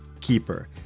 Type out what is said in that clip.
Keeper